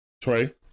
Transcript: Trey